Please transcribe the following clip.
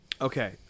Okay